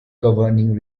governing